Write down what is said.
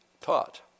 taught